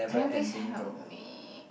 can you please help me